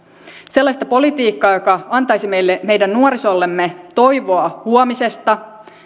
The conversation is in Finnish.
sellaista politiikkaa joka antaisi meidän nuorisollemme toivoa huomisesta